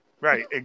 Right